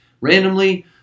randomly